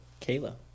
Kayla